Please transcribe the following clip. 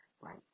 right